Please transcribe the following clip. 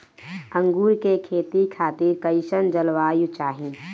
अंगूर के खेती खातिर कइसन जलवायु चाही?